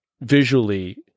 visually